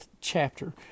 chapter